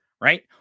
right